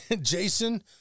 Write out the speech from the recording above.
Jason